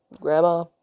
Grandma